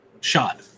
Shot